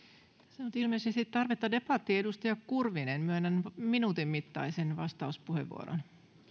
on ilmeisesti tarvetta debattiin edustaja kurvinen myönnän yhden minuutin mittaisen vastauspuheenvuoron